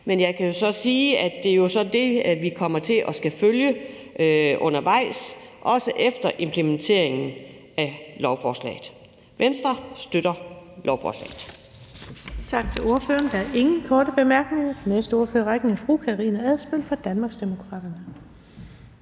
Men jeg kan jo sige, at det så er det, vi kommer til at skulle følge undervejs, også efter implementeringen af lovforslaget. Venstre støtter lovforslaget.